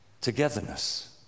togetherness